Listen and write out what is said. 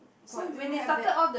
so do you have that